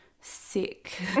sick